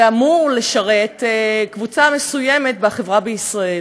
ואמור לשרת, קבוצה מסוימת בחברה בישראל.